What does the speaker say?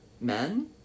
men